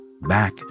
back